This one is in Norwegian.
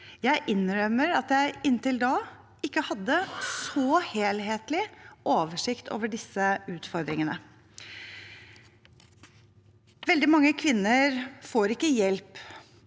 Jeg innrømmer at jeg inntil da ikke hadde en så helhetlig oversikt over disse utfordringene. Veldig mange kvinner får ikke hjelp